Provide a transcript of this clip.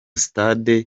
sitade